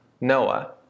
Noah